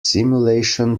simulation